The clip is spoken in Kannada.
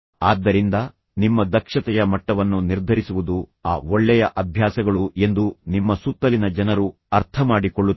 ಆದ್ದರಿಂದ ನಿಮ್ಮ ದಕ್ಷತೆಯ ಮಟ್ಟವನ್ನು ನಿರ್ಧರಿಸುವುದು ಆ ಒಳ್ಳೆಯ ಅಭ್ಯಾಸಗಳು ಎಂದು ನಿಮ್ಮ ಸುತ್ತಲಿನ ಜನರು ಅರ್ಥಮಾಡಿಕೊಳ್ಳುತ್ತಾರೆ